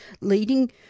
leading